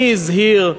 מי הזהיר,